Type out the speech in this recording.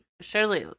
surely